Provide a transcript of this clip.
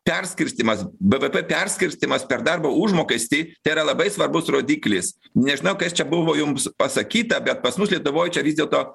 perskirstymas bvp perskirstymas per darbo užmokestį tai yra labai svarbus rodiklis nežinau kas čia buvo jums pasakyta bet pas mus lietuvoj čia vis dėlto